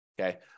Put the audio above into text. okay